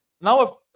now